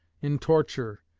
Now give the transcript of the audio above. in torture,